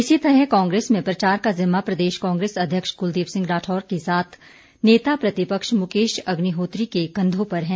इसी तरह कांग्रेस में प्रचार का जिम्मा प्रदेश कांग्रेस अध्यक्ष कुलदीप सिंह राठौर के साथ नेता प्रतिपक्ष मुकेश अग्निहोत्री के कंधों पर है